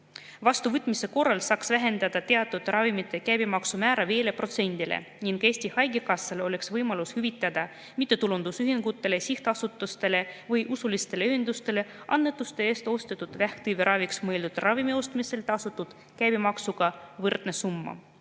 Vastuvõtmise korral saaks vähendada teatud ravimite käibemaksu määra 5%‑le ning Eesti Haigekassale oleks võimalus hüvitada mittetulundusühingutele ja sihtasutustele või usulistele ühendustele annetuste eest ostetud vähktõve raviks mõeldud ravimi ostmisel tasutud käibemaksuga võrdne summa.